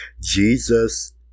Jesus